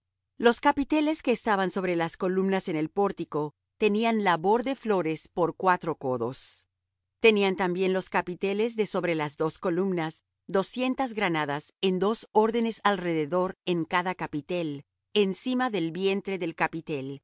los capiteles que estaban sobre las columnas en el pórtico tenían labor de flores por cuatro codos tenían también los capiteles de sobre las dos columnas doscientas granadas en dos órdenes alrededor en cada capitel encima del vientre del capitel